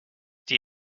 die